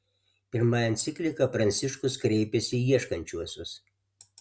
pirmąja enciklika pranciškus kreipiasi į ieškančiuosius